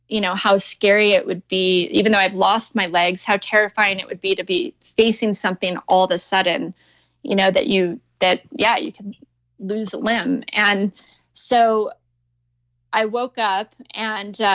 you know how scary it would be, even though i've lost my legs, how terrifying it would be to be facing something all of a sudden you know that you that yeah you can lose a limb. and so i woke up and